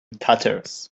tatters